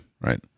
right